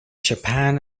japan